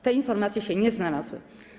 Te informacje się tam nie znalazły.